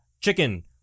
chicken